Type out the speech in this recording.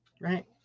Right